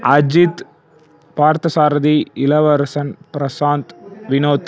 Ajith Parthasarathy Ilavarasan Prashanth Vinod